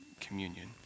communion